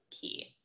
key